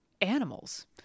animals